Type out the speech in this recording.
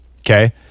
okay